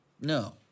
no